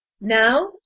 Now